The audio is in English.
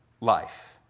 life